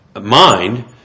mind